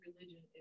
religion